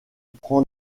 prend